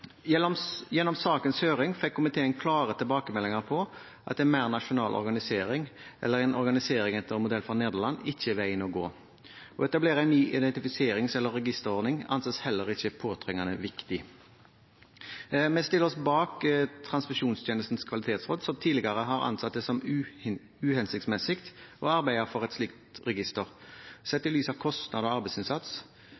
Gjennom sakens høring fikk komiteen klare tilbakemeldinger om at en mer nasjonal organisering, eller en organisering etter modell fra Nederland, ikke er veien å gå. Å etablere en ny identifiserings- eller registerordning anses heller ikke påtrengende viktig. Vi stiller oss bak Transfusjonstjenestens kvalitetsråd, som tidligere har ansett det som uhensiktsmessig å arbeide for et slikt register,